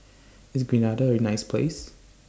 IS Grenada A nice Place